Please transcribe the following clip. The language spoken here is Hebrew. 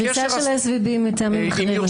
הקריסה של SVB היא מטעמים אחרים.